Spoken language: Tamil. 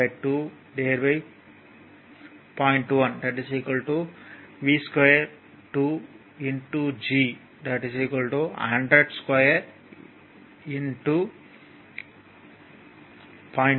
1 V2 G 2 0